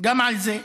על זה.